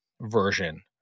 version